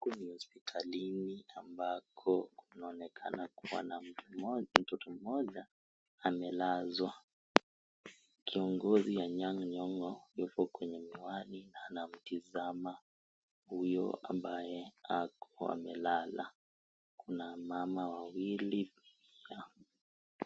Huku ni hospitalini ambako kunaonekana kuwa na mtoto mmoja amelazwa kiongozi Anyang'inyong'o yuko kwenye miwani na anamtazama huyo ambaye ako amelala na mama wawili.